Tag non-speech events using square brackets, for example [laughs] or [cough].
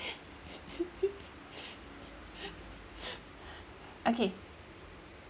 [laughs] okay